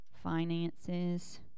finances